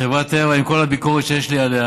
חברת טבע, עם כל הביקורת שיש לי עליה